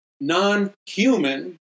non-human